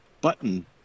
button